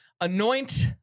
Anoint